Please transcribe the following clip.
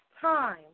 time